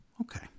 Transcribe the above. Okay